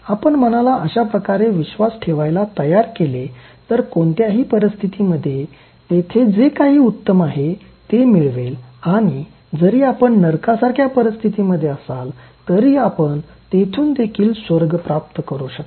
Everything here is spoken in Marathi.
आपण मनाला अशा प्रकारे विश्वास ठेवायला तयार केले तर कोणत्याही परिस्थितीमध्ये तेथे जे काही उत्तम आहे ते मिळवेल आणि जरी आपण नरकासारख्या परिस्थितीमध्ये असाल तरी आपण तेथून देखील स्वर्ग प्राप्त करू शकाल